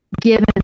given